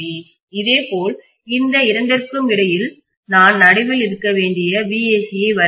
இதேபோல் இந்த இரண்டிற்கும் இடையில் நான் நடுவில் இருக்க வேண்டிய vAC ஐ வரைய முடியும்